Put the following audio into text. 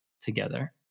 together